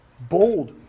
bold